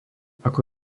ako